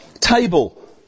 table